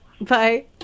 Bye